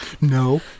No